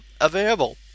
available